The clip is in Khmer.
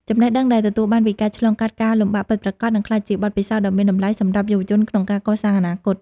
ចំណេះដឹងដែលទទួលបានពីការឆ្លងកាត់ការលំបាកពិតប្រាកដ នឹងក្លាយជាបទពិសោធន៍ដ៏មានតម្លៃសម្រាប់យុវជនក្នុងការកសាងអនាគត។